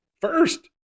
first